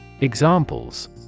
Examples